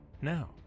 Now